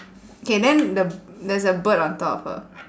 K then the there's a bird on top of her